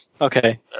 Okay